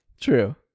true